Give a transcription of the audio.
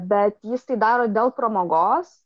bet jis tai daro dėl pramogos